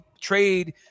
trade